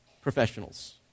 professionals